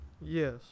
Yes